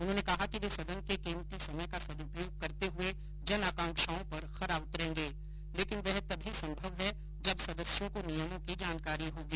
उन्होंने कहा कि वे सदन के कीमती समय का सद्पयोग करते हुए जनआकांक्षाओं पर खरा उतरेंगें लेकिन वह तभी संभव है जब सदस्यों को नियमों की जानकारी होगी